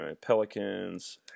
Pelicans